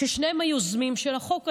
ששניהם היוזמים של החוק הזה.